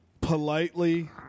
politely